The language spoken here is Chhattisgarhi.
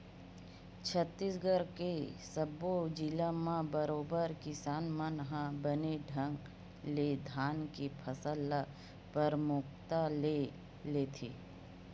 छत्तीसगढ़ के सब्बो जिला म बरोबर किसान मन ह बने ढंग ले धान के फसल ल परमुखता ले लेथे